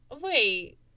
wait